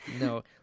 no